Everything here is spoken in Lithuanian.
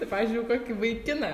tai pavyzdžiui o kokį vaikiną